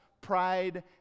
pride